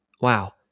Wow